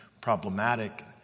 problematic